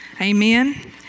Amen